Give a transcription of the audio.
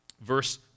Verse